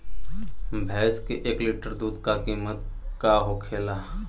भैंस के एक लीटर दूध का कीमत का होखेला?